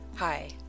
Hi